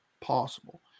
possible